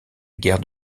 guerre